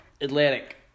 Atlantic